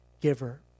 giver